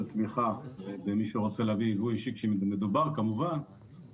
תמיכה במי שרוצה להביא ייבוא אישי שכשמדובר כמובן